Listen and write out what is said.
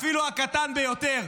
אפילו הקטן ביותר,